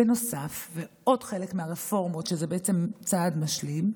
ועוד חלק מהרפורמות, שהוא בעצם צעד משלים,